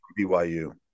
BYU